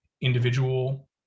individual